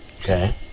okay